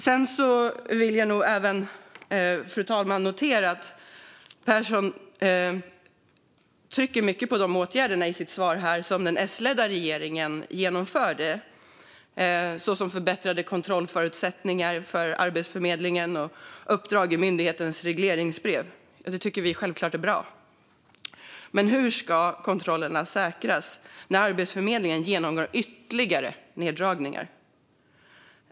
Jag vill även notera, fru talman, att Pehrson i sitt svar trycker mycket på de åtgärder som den S-ledda regeringen genomförde, såsom förbättrade kontrollförutsättningar för Arbetsförmedlingen och uppdrag i myndighetens regleringsbrev. Det tycker vi självklart är bra. Men hur ska kontrollerna säkras när Arbetsförmedlingen genomgår ytterligare neddragningar?